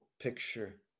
picture